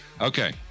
Okay